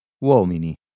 uomini